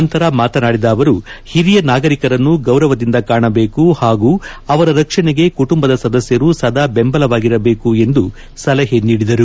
ನಂತರ ಮಾತನಾಡಿದ ಅವರು ಹಿರಿಯ ನಾಗರಿಕರನ್ನು ಗೌರವದಿಂದ ಕಾಣಬೇಕು ಹಾಗೂ ಅವರ ರಕ್ಷಣೆಗೆ ಕುಟುಂಬದ ಸದಸ್ಯರು ಸದಾ ಬೆಂಬಲವಾಗಿರಬೇಕು ಎಂದು ಸಲಹೆ ನೀಡಿದರು